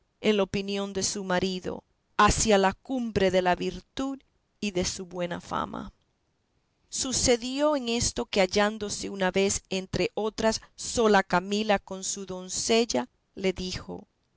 en la opinión de su marido hacia la cumbre de la virtud y de su buena fama sucedió en esto que hallándose una vez entre otras sola camila con su doncella le dijo